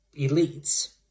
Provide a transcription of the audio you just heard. elites